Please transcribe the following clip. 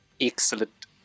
Excellent